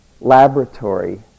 laboratory